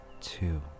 two